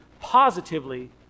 positively